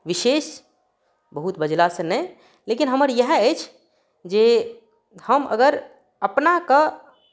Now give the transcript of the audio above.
विशेष बहुत बजलासँ नहि लेकिन हमर इएह अछि जे हम अगर अपनाकेँ